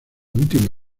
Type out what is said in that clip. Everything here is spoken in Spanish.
última